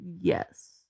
Yes